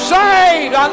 saved